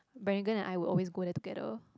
Brenagon and I were always go there together